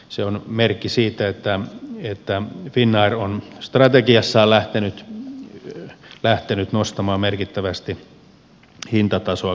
se on merkki siitä että finnair on strategiassaan lähtenyt nostamaan merkittävästi hintatasoa kun kilpailu on puuttunut